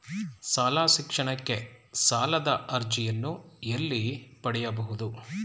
ಶಾಲಾ ಶಿಕ್ಷಣಕ್ಕೆ ಸಾಲದ ಅರ್ಜಿಯನ್ನು ಎಲ್ಲಿ ಪಡೆಯಬಹುದು?